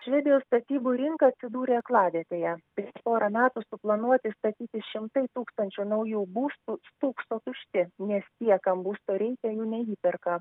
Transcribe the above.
švedijos statybų rinka atsidūrė aklavietėje prieš porą metų suplanuoti statyti šimtai tūkstančių naujų būstų stūkso tušti nes tie kam būsto reikia jų neįperka